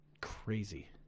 crazy